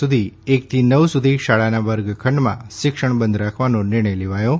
સુધી એકથી નવ સુધી શાળાના વર્ગખંડમાં શિક્ષણ બંધ રાખવાનો નિર્ણય લેવાયો છે